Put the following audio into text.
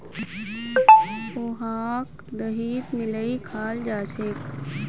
पोहाक दहीत मिलइ खाल जा छेक